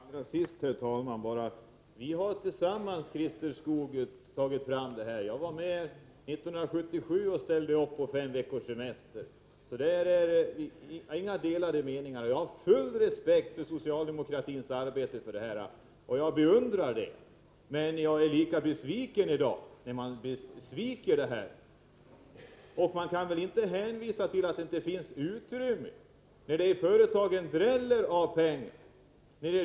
Herr talman! Allra sist vill jag säga följande. Vi har tillsammans, Christer Skoog, drivit fram det här. Jag var med 1977 och ställde upp för fem veckors semester. Det råder alltså inga delade meningar mellan oss i detta avseende. Jag har full respekt för socialdemokratins arbete på det här området, och jag beundrar det. Men jag känner missräkning, när ni i dag sviker. Det går väl inte att hänvisa till att det inte finns utrymme, då det i företagen dräller av pengar.